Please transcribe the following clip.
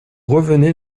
revenez